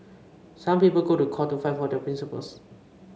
some people go to court to fight for their principles